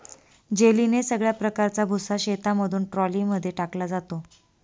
जेलीने सगळ्या प्रकारचा भुसा शेतामधून ट्रॉली मध्ये टाकला जातो